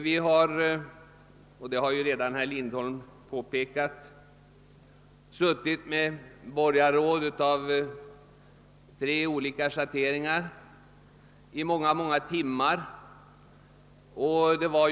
Som herr Lindholm redan påpekat har vi under många timmar suttit i förhandlingar med borgarråd av tre olika schatteringar.